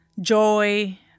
joy